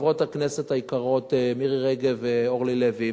וחברות הכנסת היקרות מירי רגב ואורלי לוי,